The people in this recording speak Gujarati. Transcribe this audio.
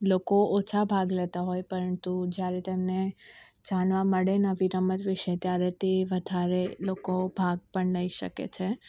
લોકો ઓછા ભાગ લેતા હોય પરંતુ જ્યારે તેમને જાણવા મળે નવી રમત વિશે ત્યારે તે વધારે લોકો ભાગ પણ લઈ શકે છે